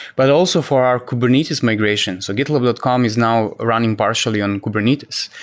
but also for our kubernetes migrations. so gitlab dot com is now running partially on kubernetes.